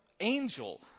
angel